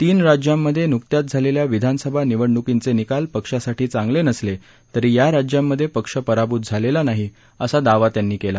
तीन राज्यांमध्ये नुकत्याच झालेल्या विधानसभा निवडणुकांचे निकाल पक्षासाठी चांगले नसले तरी या राज्यांमध्ये पक्ष पराभूत झालेला नाही असा दावा त्यांनी केला